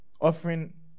offering